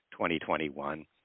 2021